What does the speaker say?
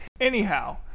anyhow